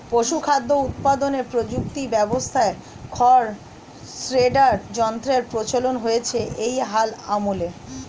পশুখাদ্য উৎপাদনের প্রযুক্তি ব্যবস্থায় খড় শ্রেডার যন্ত্রের প্রচলন হয়েছে এই হাল আমলে